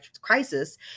crisis